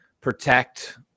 protect